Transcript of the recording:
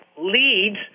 leads